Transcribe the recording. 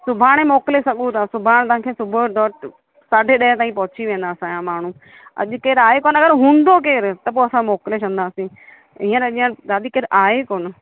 सुभाणे मोकिले सघो था सुभाणे तव्हांखे सुबुह जो डॉट साढ़े ॾह ताईं पहुंची वेंदा असांजा माण्हू अॼु केर आहे कोन्ह अगरि हूंदो केर त पोइ असां मोकिले छॾदासीं हीअंर अॻियां दादी केर आहे कोन्ह